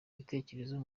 ibitekerezo